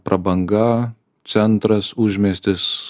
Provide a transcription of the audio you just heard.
prabanga centras užmiestis